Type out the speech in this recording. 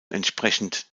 entsprechend